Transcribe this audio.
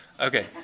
Okay